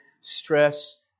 stress